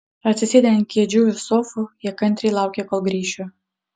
atsisėdę ant kėdžių ir sofų jie kantriai laukė kol grįšiu